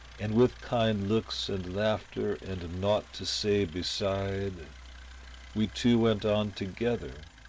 and with kind looks and laughter and nought to say beside we two went on together,